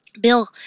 Bill